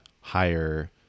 higher